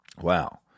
wow